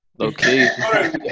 Okay